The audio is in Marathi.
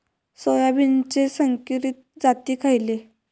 सोयाबीनचे संकरित जाती खयले?